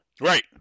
right